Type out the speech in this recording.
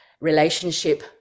relationship